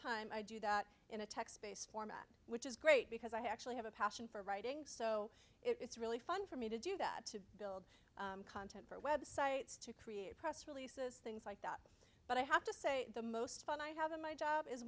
time i do that in a text based format which is great because i actually have a passion for writing so it's really fun for me to do that to build content for websites to create press releases things like that but i have to say the most fun i have in my job is